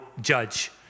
judge